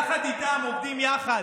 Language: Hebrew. יחד איתם, עובדים יחד.